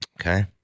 Okay